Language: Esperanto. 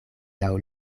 laŭ